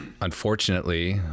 unfortunately